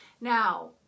Now